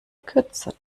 kürzer